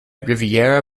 riviera